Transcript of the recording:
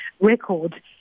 record